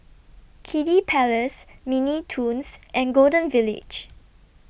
Kiddy Palace Mini Toons and Golden Village